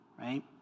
right